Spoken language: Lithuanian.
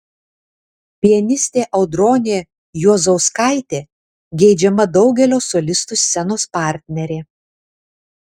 pianistė audronė juozauskaitė geidžiama daugelio solistų scenos partnerė